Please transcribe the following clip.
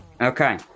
Okay